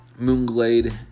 Moonglade